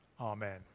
Amen